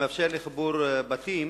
המאפשרת חיבור בתים